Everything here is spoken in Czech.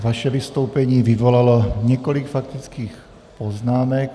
Vaše vystoupení vyvolalo několik faktických poznámek.